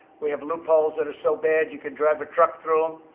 we have loopholes that are so bad, you could drive a truck through them.